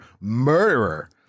murderer